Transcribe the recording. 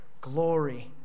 glory